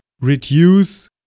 reduce